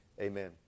Amen